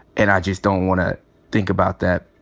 and i just don't wanna think about that.